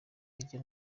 hirya